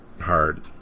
hard